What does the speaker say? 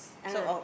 (uh huh)